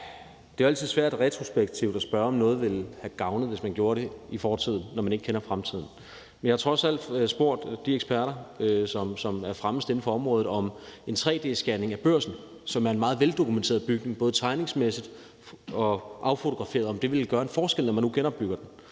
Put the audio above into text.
Det er jo altid svært retrospektivt at spørge, om noget ville have gavnet, hvis man gjorde det i fortiden, når man ikke kender fremtiden. Men jeg har trods alt spurgt de eksperter, som er de fremmeste inden for området, om en tre-d-scanning af Børsen, som er en meget veldokumenteret bygning, det er den både tegningsmæssigt, og den er affotograferet, ville gøre en forskel, når man nu genopbygger den.